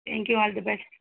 thank you all the best